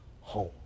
home